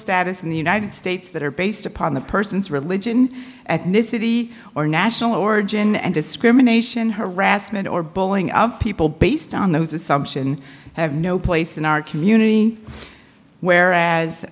status in the united states that are based upon the person's religion ethnicity or national origin and discrimination harassment or bowling of people based on those assumption have no place in our community whereas